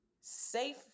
safe